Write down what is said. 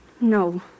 No